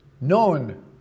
Known